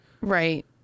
right